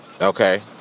Okay